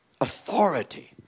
authority